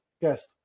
guest